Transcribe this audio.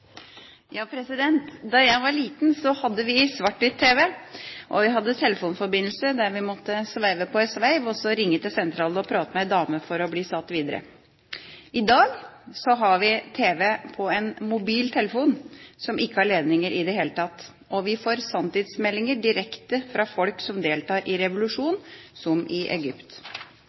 Da jeg var liten, hadde vi svart-hvitt-tv, og vi hadde telefonforbindelse der vi måtte sveive på en sveiv for å ringe til sentralen og prate med en dame for å bli satt videre. I dag har vi tv på en mobiltelefon som ikke har ledninger i det hele tatt, og vi får sanntidsmeldinger direkte fra folk som deltar i revolusjon, som i Egypt.